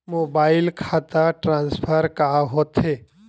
Mobile खाता transfer का होथे?